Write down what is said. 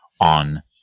on